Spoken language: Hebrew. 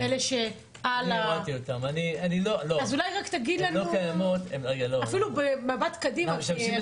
תגיד לנו במבט קדימה.